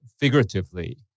figuratively